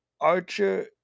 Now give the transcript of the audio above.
Archer